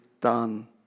done